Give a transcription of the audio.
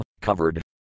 covered